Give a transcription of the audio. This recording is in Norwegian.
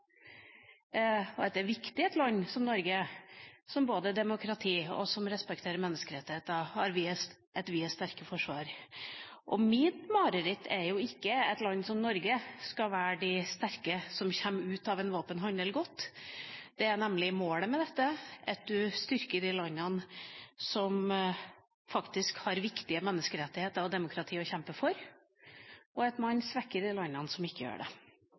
og at det er viktig at land som Norge, som både har demokrati og respekterer menneskerettigheter, har et sterkt forsvar. Mitt mareritt er ikke at land som Norge skal være de sterke som kommer godt ut av en våpenhandel. Det er nemlig målet med dette – at man styrker de landene som faktisk har viktige menneskerettigheter og demokrati å kjempe for, og at man svekker de landene som ikke gjør det.